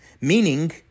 meaning